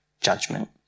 judgment